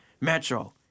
Metro